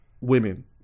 women